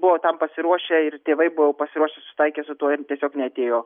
buvo tam pasiruošę ir tėvai buvo jau pasiruošę susitaikę su tuo ir tiesiog neatėjo